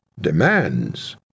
demands